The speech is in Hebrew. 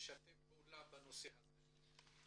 ומשתף פעולה בנושא הזה?